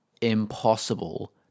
impossible